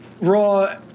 Raw